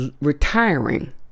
retiring